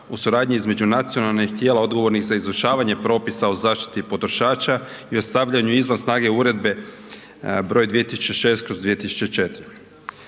o suradnji između nacionalnih tijela odgovornih za izvršavanje propisa o zaštiti potrošača i o stavljanju izvan snage Uredbe (EZ) br. 2006/2004.